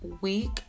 week